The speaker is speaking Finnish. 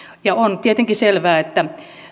on tietenkin selvää että